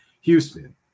Houston